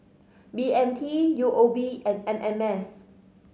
B M T U O B and M M S